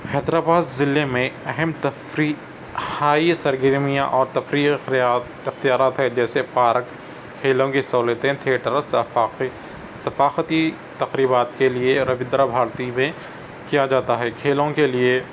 حیدر آباد ضلعے میں اہم تفریحاتی سرگرمیاں اور تفریحی اختیارات ہے جیسے پارک کھیلوں کی سہولتیں تھیٹرس ثفاقی ثقافتی تقریبات کے لیے ربندرا بھارتی میں کیا جاتا ہے کھیلوں کے لیے